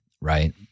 right